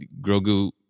grogu